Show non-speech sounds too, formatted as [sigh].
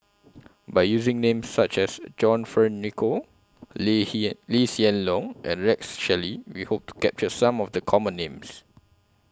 By using Names such as John Fearns Nicoll Lee [unintelligible] Lee Hsien Loong and Rex Shelley We Hope to capture Some of The Common Names